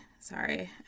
sorry